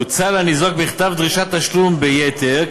הוצא לניזוק מכתב דרישת תשלום ביתר,